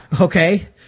Okay